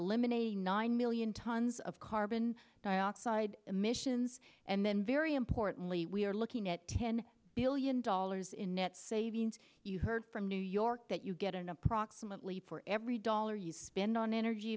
eliminating nine million tons of carbon dioxide emissions and then very importantly we are looking at ten billion dollars in net savings you heard from new york that you get an approximately for every dollar you spend on energy